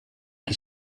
qui